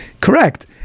Correct